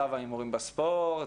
צו ההימורים בספורט,